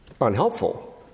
unhelpful